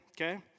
okay